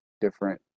different